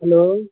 hello